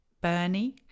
bernie